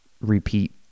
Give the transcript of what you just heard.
Repeat